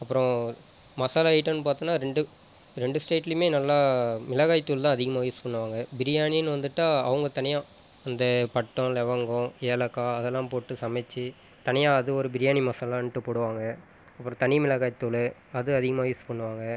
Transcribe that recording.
அப்புறம் மசாலா ஐட்டம்னு பார்த்தோம்னா ரெண்டு ரெண்டு ஸ்டேட்லியுமே நல்லா மிளகாய் தூள் தான் அதிகமாக யூஸ் பண்ணுவாங்க பிரியாணின்னு வந்துட்டால் அவங்க தனியாக அந்த பட்டம் லவங்கம் ஏலக்காய் அதெலாம் போட்டு சமைச்சு தனியாக அது ஒரு பிரியாணி மசாலான்ட்டு போடுவாங்க அப்புறம் தனி மிளகாய் தூள் அது அதிகமாகவே யூஸ் பண்ணுவாங்க